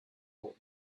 all